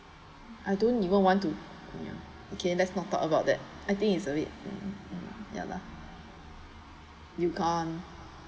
I don't even want to ya okay let's not talk about that I think it's a bit mm ya lah you can't